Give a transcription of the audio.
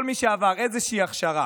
כל מי שעבר איזושהי הכשרה